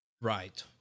Right